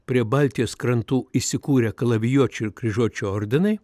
prie baltijos krantų įsikūrę kalavijuočių ir kryžiuočių ordinai